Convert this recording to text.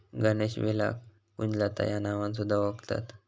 गणेशवेलाक कुंजलता ह्या नावान सुध्दा वोळखतत